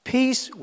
Peace